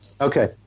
Okay